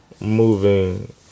moving